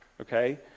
okay